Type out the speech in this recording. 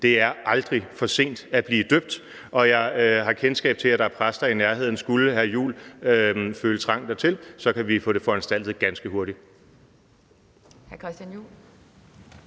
at det aldrig er for sent at blive døbt. Jeg har kendskab til, at der er præster i nærheden. Skulle hr. Christian Juhl føle trang dertil, kan vi få det foranstaltet ganske hurtigt.